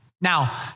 Now